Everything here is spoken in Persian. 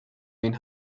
این